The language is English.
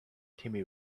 timmy